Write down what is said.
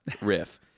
riff